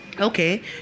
okay